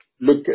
look